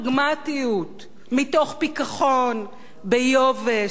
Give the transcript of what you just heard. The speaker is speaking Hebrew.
מתוך פיכחון, ביובש, באחריות,